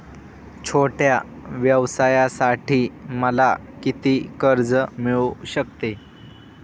छोट्या व्यवसायासाठी मला किती कर्ज मिळू शकते?